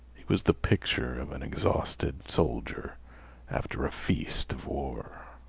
was the picture of an exhausted soldier after a feast of war.